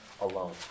alone